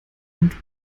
und